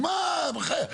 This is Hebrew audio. מה, בחייך.